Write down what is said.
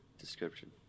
description